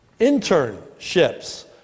internships